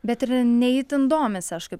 bet ir ne itin domisi aš kaip